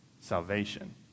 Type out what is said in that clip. salvation